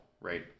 right